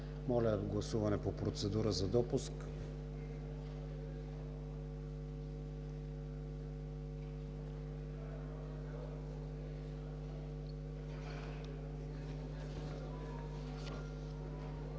Моля, гласуване по процедура за допуск.